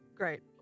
Great